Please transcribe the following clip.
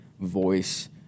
voice